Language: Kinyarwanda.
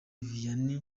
vianney